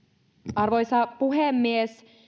arvoisa puhemies